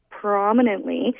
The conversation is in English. prominently